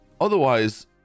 Otherwise